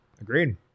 agreed